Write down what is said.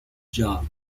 jar